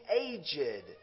aged